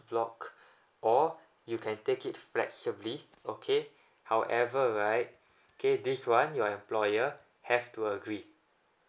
block or you can take it flexibly okay however right okay this one your employer have to agree